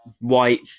White